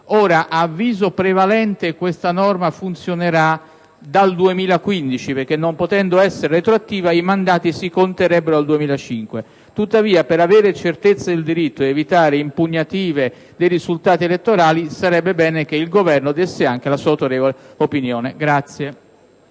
Ora, ad avviso prevalente, essa sarà operante dal 2015 perché, non potendo essere retroattiva, i mandati si conterebbero dal 2005. Tuttavia, per avere certezza del diritto ed evitare impugnative dei risultati elettorali, sarebbe bene che il Governo desse anche la sua autorevole opinione.